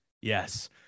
yes